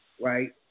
right